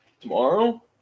Tomorrow